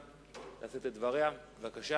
מה לעשות, יש הרבה בעיות.